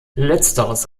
letzteres